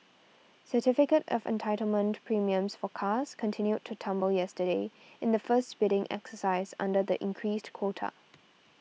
certificate of Entitlement premiums for cars continued to tumble yesterday in the first bidding exercise under the increased quota